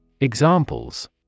Examples